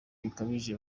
bikabije